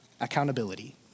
Accountability